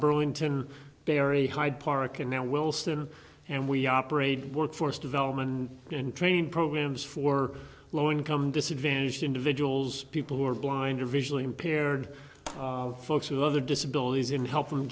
burlington barry hyde park and now wilson and we operate workforce development and training programs for low income disadvantaged individuals people who are blind or visually impaired folks of other disabilities in help them